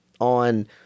on